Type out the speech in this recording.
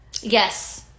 Yes